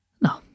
No